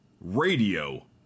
Radio